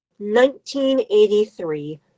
1983